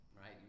Right